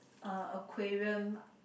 uh aquarium